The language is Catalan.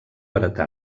heretà